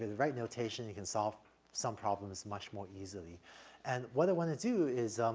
the the right notation you can solve some problems much more easily and what i wanna do is,